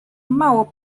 mało